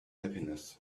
happiness